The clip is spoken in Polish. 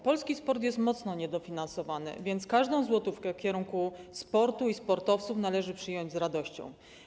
Polski sport jest mocno niedofinansowany, więc każdą złotówkę w kierunku sportu i sportowców należy przyjąć z radością.